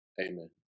Amen